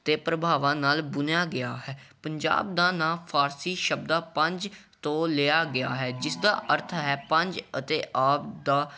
ਅਤੇ ਪ੍ਰਭਾਵਾਂ ਨਾਲ ਬੁਣਿਆ ਗਿਆ ਹੈ ਪੰਜਾਬ ਦਾ ਨਾਂ ਫਾਰਸੀ ਸ਼ਬਦਾਂ ਪੰਜ ਤੋਂ ਲਿਆ ਗਿਆ ਹੈ ਜਿਸ ਦਾ ਅਰਥ ਹੈ ਪੰਜ ਅਤੇ ਆਬ ਦਾ